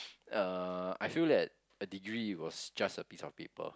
uh I feel that a degree was just a piece of paper